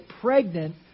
pregnant